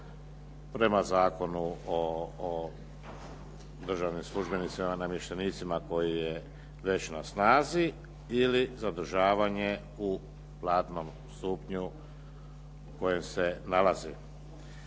prema Zakonu o državnim službenicima i namještenicima koji je već na snazi ili zadržavanje u platnom stupnju u kojem se nalazi.